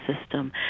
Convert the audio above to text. system